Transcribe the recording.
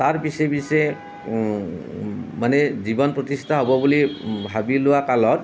তাৰ পিছে পিছে মানে জীৱন প্ৰতিষ্ঠা হ'ব বুলি ভাবি লোৱা কালত